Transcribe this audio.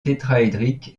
tétraédrique